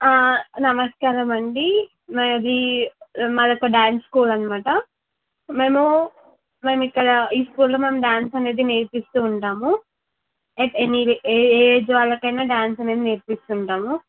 నమస్కారమండి మాది మాదొక డ్యాన్స్ స్కూలు అనమాట మేము మేమిక్కడ ఈ స్కూల్లో మేము డ్యాన్స్ అనేది నేర్పిస్తూ ఉంటాము ఎట్ ఎనీవే ఏ ఏ ఏజ్ వాళ్ళకైనా డ్యాన్స్ అనేది నేర్పిస్తుంటాము